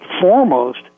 foremost